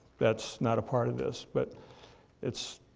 that's not a part of this, but it's,